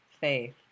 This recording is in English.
faith